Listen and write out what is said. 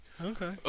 Okay